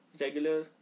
regular